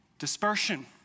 dispersion